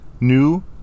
New